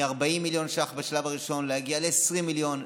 מ-40 מיליון ש"ח בשלב הראשון להגיע ל-20 מיליון,